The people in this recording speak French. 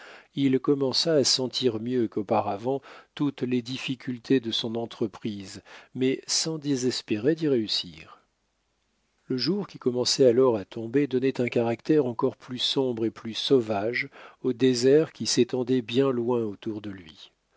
il commença à sentir mieux qu'auparavant toutes les difficultés de son entreprise mais sans désespérer d'y réussir le jour qui commençait alors à tomber donnait un caractère encore plus sombre et plus sauvage au désert qui s'étendait bien loin autour de lui